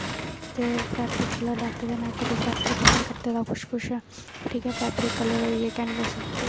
ते fabric colour लैते दे इक दो फैबरिक उप्पर कीते दा किश किश ठीक ऐ फैबरिक कल्लर होई गे कैनवस उप्पर